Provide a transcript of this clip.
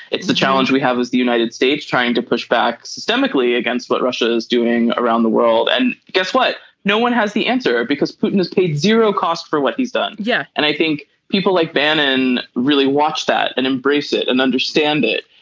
it's the challenge we have as the united states trying to push back systemically against what russia is doing around the world. and guess what. no one has the answer because putin has paid zero cost for what he's done. yeah. and i think people like bannon really watch that and embrace it and understand it.